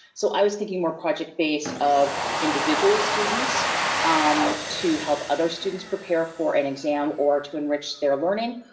so, i was thinking more project base of individual students um to help other students prepare for an exam or to enrich their learning.